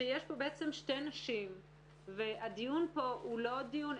שיש פה בעצם שתי נשים והדיון פה הוא לא הדיון.